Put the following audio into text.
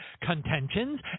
contentions